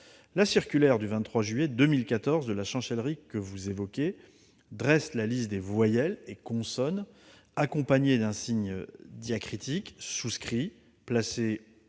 La circulaire du 23 juillet 2014 de la Chancellerie que vous évoquez dresse la liste des voyelles et consonne accompagnées d'un signe diacritique souscrit- placé